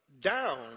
down